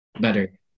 better